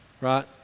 right